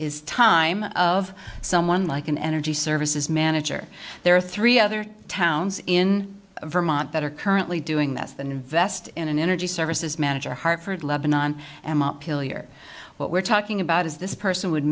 is time of someone like an energy services manager there are three other towns in vermont that are currently doing that than invest in an energy services manager hartford lebannon and here what we're talking about is this person would